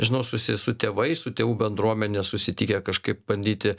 žinau susiję su tėvais su tėvų bendruomene susitikę kažkaip bandyti